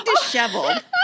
disheveled